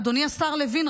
אדוני השר לוין,